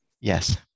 Yes